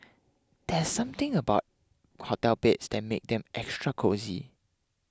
there's something about hotel beds that makes them extra cosy